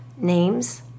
names